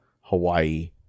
Hawaii